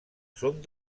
són